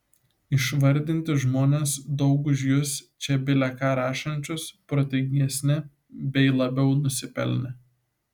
išvardinti žmonės daug už jus čia bile ką rašančius protingesni bei labiau nusipelnę